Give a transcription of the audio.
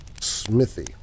Smithy